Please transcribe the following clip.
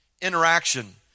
interaction